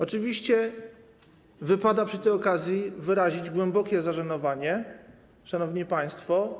Oczywiście wypada przy tej okazji wyrazić głębokie zażenowanie, szanowni państwo.